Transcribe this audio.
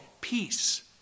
peace